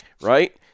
Right